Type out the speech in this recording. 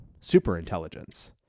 superintelligence